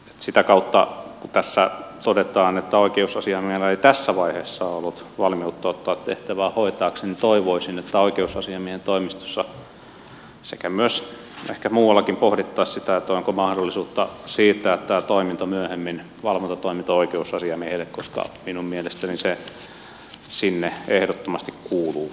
sitä kautta kun tässä todetaan että oikeusasiamiehellä ei tässä vaiheessa ollut valmiutta ottaa tehtävää hoitaakseen toivoisin että oikeusasiamiehen toimistossa sekä ehkä muuallakin pohdittaisiin sitä onko mahdollisuutta siirtää tämä valvontatoiminta myöhemmin oikeusasiamiehelle koska minun mielestäni se sinne ehdottomasti kuuluu